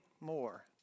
more